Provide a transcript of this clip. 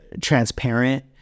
transparent